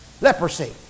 Leprosy